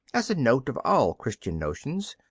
as a note of all christian notions,